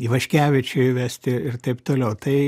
ivaškevičių įvesti ir taip toliau tai